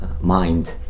Mind